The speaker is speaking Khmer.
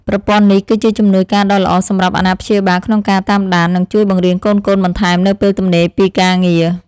ប្រព័ន្ធនេះគឺជាជំនួយការដ៏ល្អសម្រាប់អាណាព្យាបាលក្នុងការតាមដាន និងជួយបង្រៀនកូនៗបន្ថែមនៅពេលទំនេរពីការងារ។